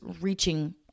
reaching